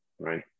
right